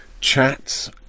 chats